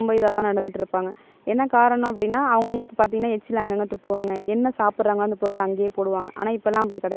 எழுதவும் படிக்கவும் ஒரு மொழியில் தெரிஞ்சாவே அவங்க வந்து கல்வியறிவு பெற்றவங்க அப்படின்னு சொல்கிறாங்க